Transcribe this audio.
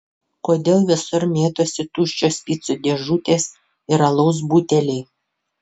kodėl visur mėtosi tuščios picų dėžutės ir alaus buteliai